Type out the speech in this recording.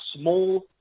small